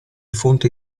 fonti